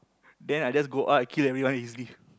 then I just go out I kill everyone easily